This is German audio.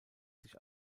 sich